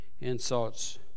insults